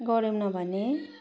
गऱ्यौँ न भने